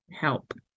help